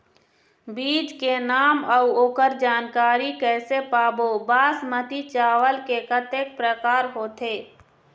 बीज के नाम अऊ ओकर जानकारी कैसे पाबो बासमती चावल के कतेक प्रकार होथे?